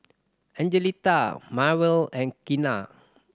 Angelita Marvel and Kenna